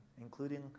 including